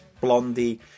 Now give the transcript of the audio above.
Blondie